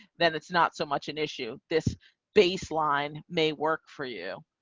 then it's not so much an issue this baseline may work for you,